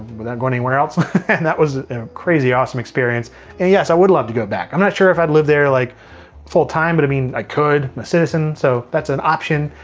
without going anywhere else. and that was a crazy awesome experience. and yes, i would love to go back. i'm not sure if i'd live there like full-time, but i mean, i could. i'm a citizen, so that's an option.